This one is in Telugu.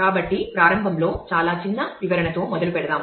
కాబట్టి ప్రారంభం లో చాలా చిన్న వివరణ తో మొదలుపెడదాం